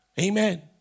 Amen